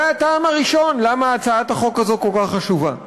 זה הטעם הראשון למה הצעת החוק הזאת כל כך חשובה.